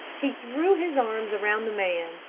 he threw his arms around the man,